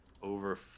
Over